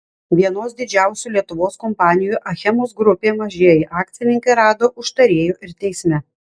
vienos didžiausių lietuvos kompanijų achemos grupė mažieji akcininkai rado užtarėjų ir teisme